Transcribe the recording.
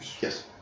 Yes